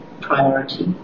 priority